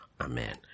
Amen